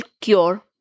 cure